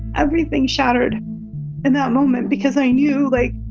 everything shattered in that moment because i knew, like,